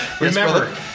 remember